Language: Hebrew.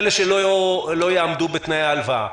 אלה שלא יעמדו בתנאי ההלוואה.